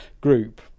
group